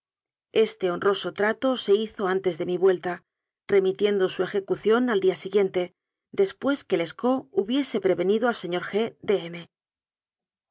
este honroso trato se hizo antes de mi vuelta remitiendo su ejecución al día siguiente después que lescaut hubiese pre venido al señor g de